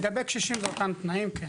לגבי קשישים זה אותם תנאים, כן.